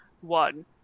one